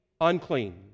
unclean